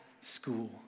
school